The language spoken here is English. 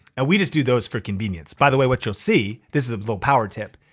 and we just do those for convenience. by the way, what you'll see, this is a little power tip.